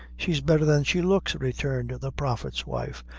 she's better than she looks, returned the prophet's wife,